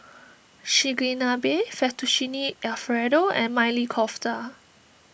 Chigenabe Fettuccine Alfredo and Maili Kofta